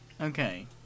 okay